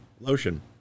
lotion